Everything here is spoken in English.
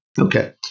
Okay